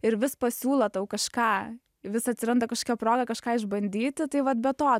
ir vis pasiūlo tau kažką vis atsiranda kažkokia proga kažką išbandyti tai vat be to